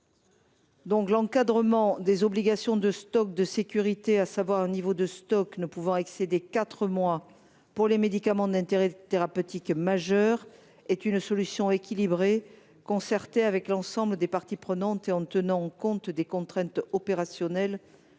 Ainsi, l’encadrement des obligations de stock de sécurité à un niveau ne pouvant excéder quatre mois pour les médicaments d’intérêt thérapeutique majeur constitue une solution équilibrée, concertée avec l’ensemble des parties prenantes et tenant compte des contraintes opérationnelles